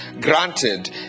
granted